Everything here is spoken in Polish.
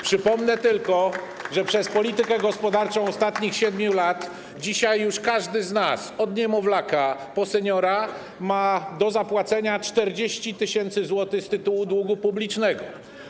Przypomnę tylko, że przez politykę gospodarczą ostatnich 7 lat dzisiaj już każdy z nas od niemowlaka po seniora ma do zapłacenia 40 tys. zł z tytułu długu publicznego.